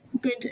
good